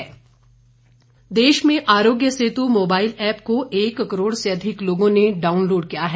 आरोग्य सेतु ऐप देश में आरोग्य सेतु मोबाइल ऐप को एक करोड़ से अधिक लोगों ने डाउनलोड किया है